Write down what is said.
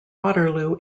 waterloo